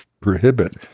prohibit